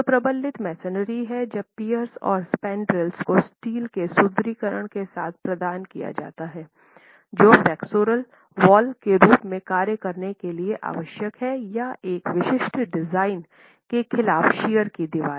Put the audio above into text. तो प्रबलित मैसनरी है जब पीयर्स और स्पंद्रेल को स्टील के सुदृढ़ीकरण के साथ प्रदान किया जाता है जो फ्लेक्सुरल वाल के रूप में कार्य करने के लिए आवश्यक है या एक विशिष्ट डिजाइन के खिलाफ शियर की दीवारें